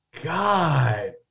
God